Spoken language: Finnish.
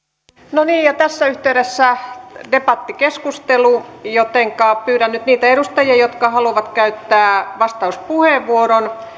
niin ja tässä yhteydessä debattikeskustelu jotenka pyydän nyt niitä edustajia jotka haluavat käyttää vastauspuheenvuoron